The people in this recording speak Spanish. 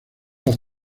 los